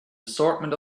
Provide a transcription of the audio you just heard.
assortment